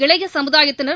இளைய சுமுதாயத்தினர்